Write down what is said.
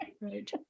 right